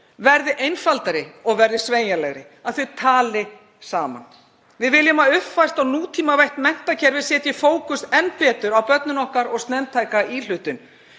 verði einfaldari og sveigjanlegri, að þau tali saman. Við viljum að uppfært og nútímavætt menntakerfi setji fókus enn betur á börnin okkar og snemmtæka íhlutun.